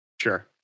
Sure